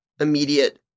immediate